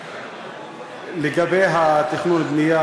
לגבי התכנון והבנייה,